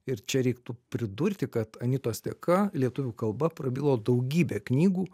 ir čia reiktų pridurti kad anitos dėka lietuvių kalba prabilo daugybė knygų